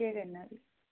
केह् करना फ्ही